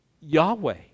yahweh